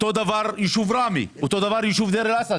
אותו דבר עם היישוב ראמה ודיר אל-אסד.